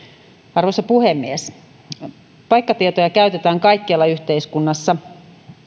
arvoisa puhemies paikkatietoja käytetään kaikkialla yhteiskunnassa